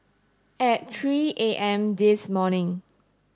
at three A M this morning